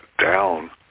down